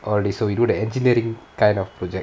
all these so you do the engineering kind of project